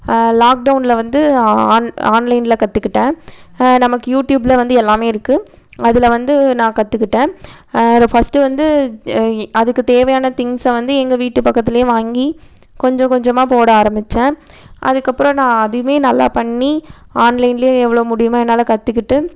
லாக்டவுனில் வந்து ஆன் ஆன்லைனில் கற்றுக்கிட்டேன் நமக்கு யூடியூபில் வந்து எல்லாமே இருக்குது அதில் வந்து நான் கற்றுக்கிட்டேன் ரொ ஃபஸ்ட்டு வந்து அதுக்கு தேவையான திங்க்ஸை வந்து எங்கள் வீட்டு பக்கத்தில் வாங்கி கொஞ்சம் கொஞ்சமாக போட ஆரமித்தேன் அதுக்கப்புறம் நான் அதையுமே நல்லா பண்ணி ஆன்லைனில் எவ்வளோ முடியுமே என்னால் கற்றுக்கிட்டு